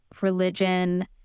religion